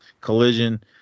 Collision